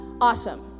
awesome